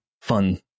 fun